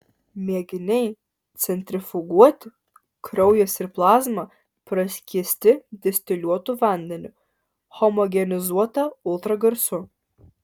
mėginiai centrifuguoti kraujas ir plazma praskiesti distiliuotu vandeniu homogenizuota ultragarsu